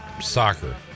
soccer